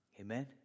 Amen